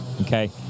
okay